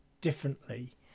differently